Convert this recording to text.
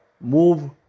move